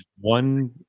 one